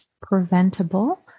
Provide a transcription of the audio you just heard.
preventable